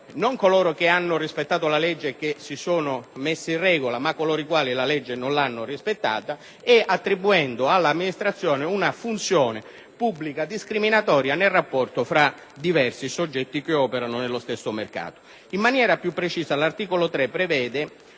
non coloro che hanno rispettato la legge e che si sono messi in regola ma coloro i quali la legge non l'hanno rispettata e attribuisce all'amministrazione una funzione pubblica discriminatoria nel rapporto fra diversi soggetti che operano nello stesso mercato. Più precisamente, l'articolo 3 del